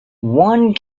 one